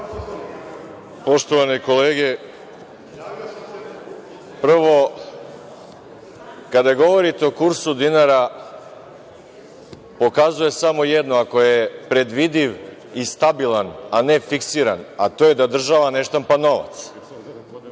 Izvolite.)Poštovane kolege, prvo, kada govorite o kursu dinara pokazuje samo jedno, ako je predvidiv i stabilan, a ne fiksiran, a to je da država ne štampa novac,